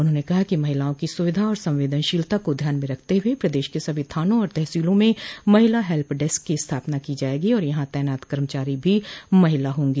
उन्होंने कहा कि महिलाओं की सुविधा और संवेदनशीलता को ध्यान में रखते हुए प्रदेश के सभी थानों और तहसीलों में महिला हेल्प डेस्क की स्थापना की जायेगी और यहां तैनात कर्मचारी भी महिला हागी